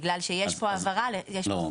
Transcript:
בגלל שיש פה העברה --- לא,